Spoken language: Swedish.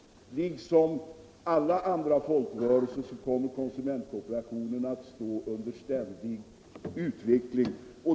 Liksom alla andra folkrörelser kommer konsumentkooperationen att befinna sig i ständig utveckling.